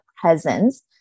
presence